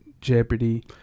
Jeopardy